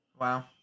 Wow